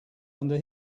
under